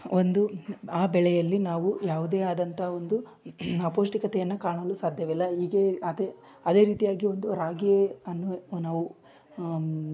ಒಂದು ಆ ಬೆಳೆಯಲ್ಲಿ ನಾವು ಯಾವುದೇ ಆದಂಥ ಒಂದು ಅಪೌಷ್ಟಿಕತೆಯನ್ನು ಕಾಣಲು ಸಾಧ್ಯವಿಲ್ಲ ಈಗಲೇ ಅದೇ ಅದೇ ರೀತಿಯಾಗಿ ಒಂದು ರಾಗಿ ಅನ್ನು ನಾವು